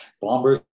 bombers